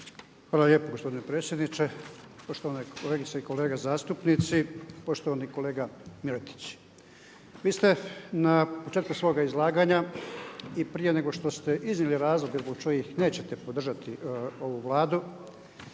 Hvala lijepo gospodine predsjedniče, poštovane kolegice i kolege zastupnici. Poštovani kolega Miletić vi ste na početku svoga izlaganja i prije nego što ste iznijeli razloge zbog kojih nećete podržati ovu Vladu